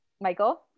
Michael